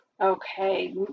Okay